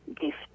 gift